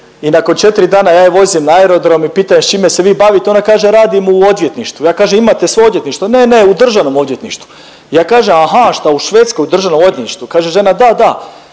i nakon 4 dana ja je vozim na aerodrom i pitam je s čime se vi bavite, ona kaže radim u odvjetništvu. Ja kažem imate svoje odvjetništvo, ne, ne u državnom odvjetništvu. Ja kažem aha, šta u Švedskoj u državnom odvjetništvu, kaže žena da, da.